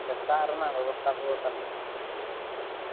ᱟᱪᱪᱷᱟ ᱫᱟᱜ ᱨᱮᱱᱟᱜ ᱵᱮᱵᱚᱥᱛᱟ ᱠᱚᱫᱚ ᱛᱟᱦᱚᱞᱮ ᱪᱮᱫ ᱞᱮᱠᱟ